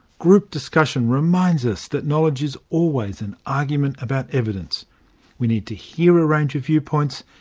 group discussion reminds us that knowledge is always an argument about evidence we need to hear a range of viewpoints,